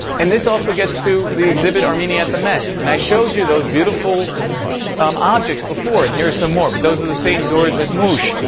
and this also gets to the exhibit armenia at the met, and i showed you those beautiful um objects before, and here's some more, but those are the same doors at moshe.